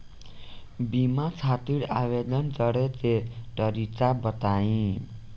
बीमा खातिर आवेदन करे के तरीका बताई?